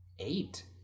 Eight